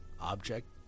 Object